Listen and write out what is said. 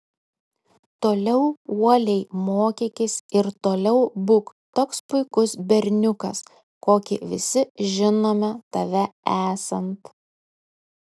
toliau uoliai mokykis ir toliau būk toks puikus berniukas kokį visi žinome tave esant